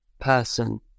person